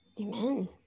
Amen